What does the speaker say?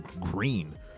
green